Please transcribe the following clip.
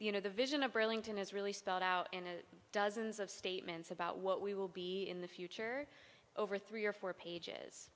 you know the vision of burlington is really spelled out and dozens of statements about what we will be in the future over three or four pages